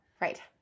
right